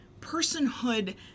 personhood